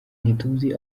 ntituzi